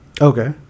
Okay